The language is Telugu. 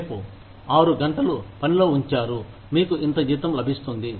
రేపు మీరు ఆరు గంటలు పనిలో ఉంచారు మీకు ఇంత జీతం లభిస్తుంది